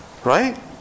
Right